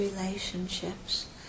relationships